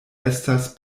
estas